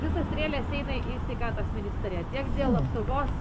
visos strėlės eina į sveikatos ministeriją tiek dėl apsaugos